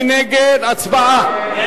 מי